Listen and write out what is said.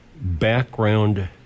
background